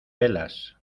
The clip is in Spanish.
velas